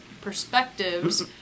perspectives